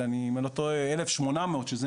אם אני לא טועה,